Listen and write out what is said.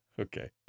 okay